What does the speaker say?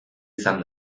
izan